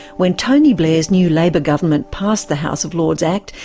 when tony blair's new labour government passed the house of lords act,